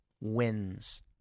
wins